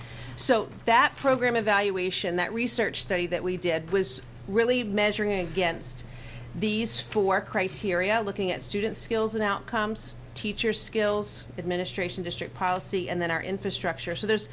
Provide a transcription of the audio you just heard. so that program evaluation that research study that we did was really measuring against these four criteria looking at students skills and outcomes teachers skills administration district policy and then our infrastructure so there's